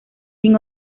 sin